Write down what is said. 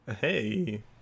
hey